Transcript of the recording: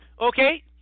Okay